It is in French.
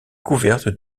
couvertes